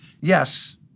yes